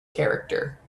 character